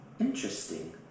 Interesting